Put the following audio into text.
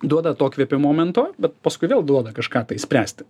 duoda atokvėpio momento bet paskui vėl duoda kažką tai spręsti